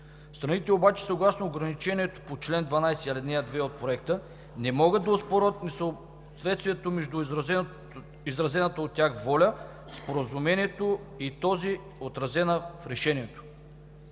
Страните обаче съгласно ограничението по чл. 12, ал. 2 от Проекта не могат да оспорват несъответствието между изразената от тях воля в споразумението и тази отразена в решението.